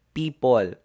people